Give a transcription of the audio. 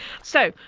so,